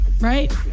right